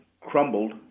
crumbled